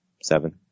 seven